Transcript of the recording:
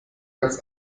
ganz